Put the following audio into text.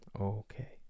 Okay